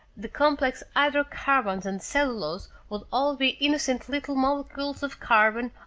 the complex hydrocarbons and cellulose would all be innocent little molecules of carbon,